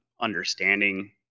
understanding